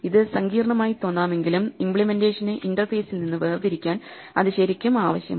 ഇത് സങ്കീർണമായി തോന്നാമെങ്കിലും ഇമ്പ്ലിമെന്റേഷനെ ഇന്റർഫേസിൽ നിന്ന് വേർതിരിക്കാൻ അത് ശരിക്കും ആവശ്യമാണ്